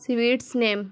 sweets نیم